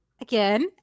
Again